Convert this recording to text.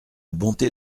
bonté